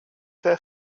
their